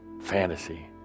fantasy